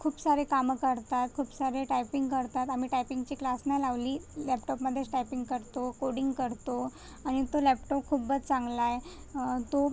खूप सारे काम करतात खूप सारे टायपिंग करतात आम्ही टायपिंगचे क्लास नाही लावली लॅपटाॅपमदेच टायपिंग करतो कोडींग करतो आणि तो लॅपटाॅप खूपच चांगला आहे तो